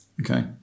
Okay